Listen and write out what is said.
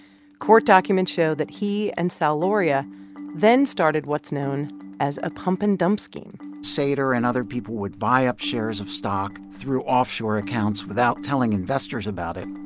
court documents show that he and sal lauria then started what's known as a pump-and-dump scheme sater and other people would buy up shares of stock through offshore accounts without telling investors about it.